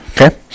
okay